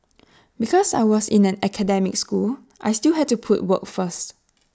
because I was in an academic school I still had to put work first